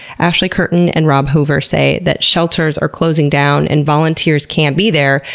ashley curtin and rob hover say that shelters are closing down and volunteers can't be there,